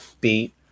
Beat